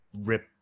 rip